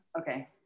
Okay